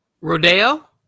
Rodeo